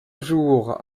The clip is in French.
jours